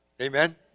amen